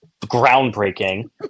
groundbreaking